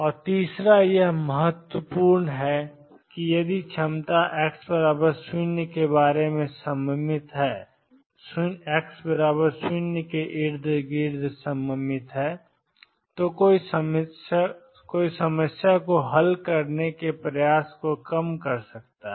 और तीसरा यह महत्वपूर्ण है यदि क्षमता x 0 के बारे में सममित है तो कोई समस्या को हल करने के प्रयास को कम कर सकता है